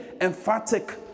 emphatic